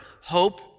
hope